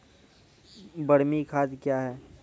बरमी खाद कया हैं?